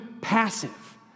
passive